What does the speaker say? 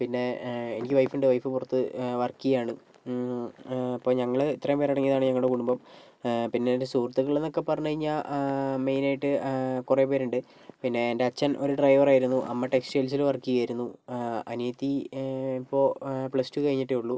പിന്നെ എനിക്ക് വൈഫുണ്ട് വൈഫ് പുറത്ത് വർക്ക് ചെയ്യുകയാണ് അപ്പം ഞങ്ങൾ ഇത്രയും പേരടങ്ങിയതാണ് ഞങ്ങളുടെ കുടുംബം പിന്നെൻ്റെ സുഹൃത്തുക്കളെന്നൊക്കെ പറഞ്ഞു കഴിഞ്ഞാൽ മെയിനായിട്ട് കുറേപ്പേരുണ്ട് പിന്നെ എൻ്റച്ഛൻ ഒരു ഡ്രൈവറായിരുന്നു അമ്മ ടെക്സ്റ്റൈൽസിൽ വർക്ക് ചെയ്യുമായിരുന്നു അനിയത്തി ഇപ്പോൾ പ്ലസ് ടു കഴിഞ്ഞിട്ടേയുള്ളൂ